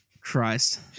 Christ